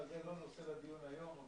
אבל זה לא נושא לדיון היום.